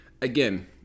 again